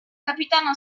capitano